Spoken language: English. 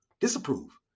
disapprove